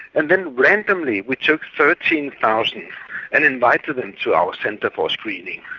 and then randomly we took thirteen thousand and invited them to our centre for screening.